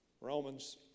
Romans